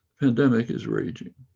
pandemic is raging,